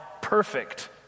perfect